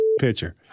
picture